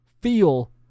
feel